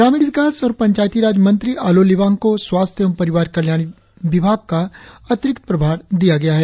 ग्रामीण विकास और पंचायतीराज मंत्री आलोह लिबांग को स्वास्थ्य एवं परिवार कल्याण विभाग का अतिरिक्त प्रभार दिया गया है